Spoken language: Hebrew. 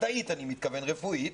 מדעית אני מתכוון, רפואית.